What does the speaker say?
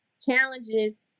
challenges